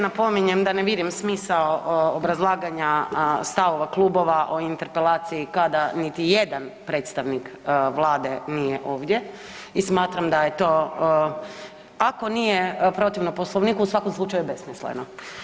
Napominjem da ne vidim smisao obrazlaganja stavova klubova o interpelaciji kada niti jedan predstavnik Vlade nije ovdje i smatram da je to, ako nije protivno Poslovniku u svakom slučaju besmisleno.